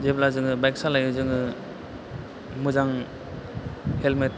जेब्ला जोङो बाइक सालायो जोङो मोजां हेलमेट